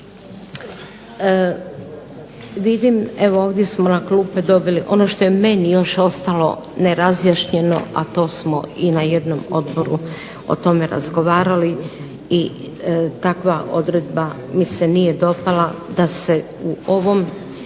Vidim, evo ovdje smo na klupe dobili, ono što je meni još ostalo nerazjašnjeno, a to smo i na jednom odboru o tome razgovarali, i takva odredba mi se nije dopala, da se u ovom